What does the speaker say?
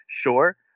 Sure